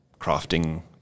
crafting